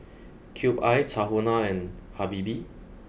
Cube I Tahuna and Habibie